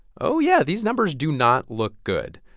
oh, yeah, these numbers do not look good.